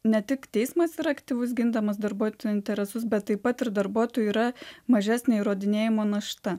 ne tik teismas ir aktyvus gindamas darbuotojų interesus bet taip pat ir darbuotojų yra mažesnė įrodinėjimo našta